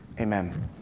Amen